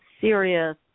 serious